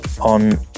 on